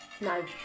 No